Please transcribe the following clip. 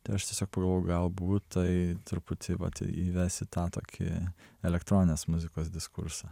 tai aš tiesiog pagalvojau galbūt tai truputį vat įves į tą tokį elektroninės muzikos diskursą